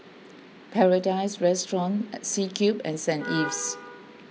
Paradise Restaurant C Cube and Saint Ives